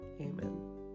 Amen